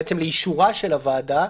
בעצם לאישורה של הוועדה,